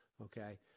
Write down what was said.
okay